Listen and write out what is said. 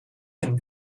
can